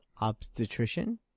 Obstetrician